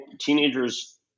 teenagers